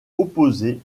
opposé